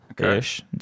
Okay